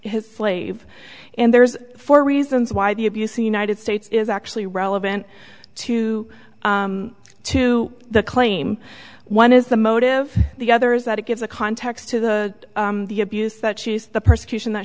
his slave and there's four reasons why the abuse the united states is actually relevant to to the claim one is the motive the other is that it gives a context to the the abuse that she's the persecution that